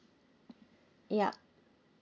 ya